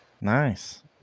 Nice